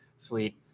fleet